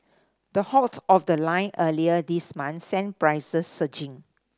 the halt of the line earlier this month sent prices surging